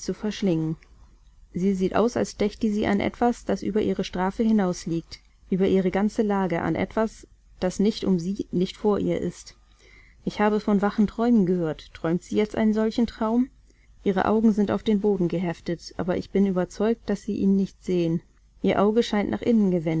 zu verschlingen sie sieht aus als dächte sie an etwas das über ihre strafe hinaus liegt über ihre ganze lage an etwas das nicht um sie nicht vor ihr ist ich habe von wachen träumen gehört träumt sie jetzt einen solchen traum ihre augen sind auf den boden geheftet aber ich bin überzeugt daß sie ihn nicht sehen ihr auge scheint nach